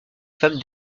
femmes